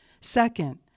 Second